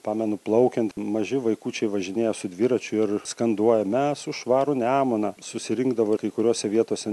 pamenu plaukiant maži vaikučiai važinėja su dviračiu ir skanduoja mes už švarų nemuną susirinkdavo kai kuriose vietose